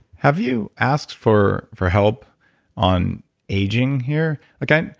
have you asked for for help on aging here? again,